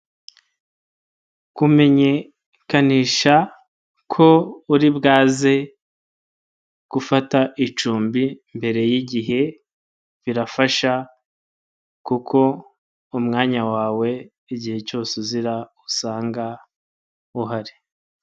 Kumenyekanisha ko uri bwaze gufata icumbi mbere yigihe, birafasha kuko umwanya wawe igihe cyose uzira usanga uhari.